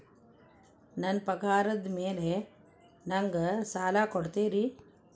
ನನ್ನ ಪಗಾರದ್ ಮೇಲೆ ನಂಗ ಸಾಲ ಕೊಡ್ತೇರಿ?